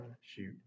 shoot